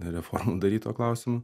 reformų daryt tuo klausimu